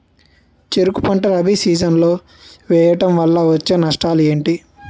చెరుకు పంట రబీ సీజన్ లో వేయటం వల్ల వచ్చే నష్టాలు ఏంటి?